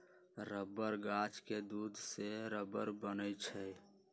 rubber गाछ के दूध से रबर बनै छै